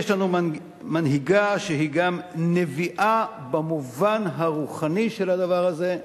יש לנו מנהיגה שהיא גם נביאה במובן הרוחני של הדבר הזה,